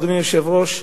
אדוני היושב-ראש,